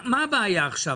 מה הבעיה עכשיו?